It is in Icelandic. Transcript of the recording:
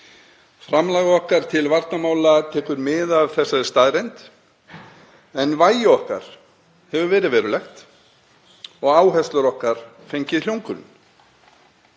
Framlag okkar til varnarmála tekur mið af þessari staðreynd en vægi okkar hefur verið verulegt og áherslur okkar fengið hljómgrunn.